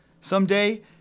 Someday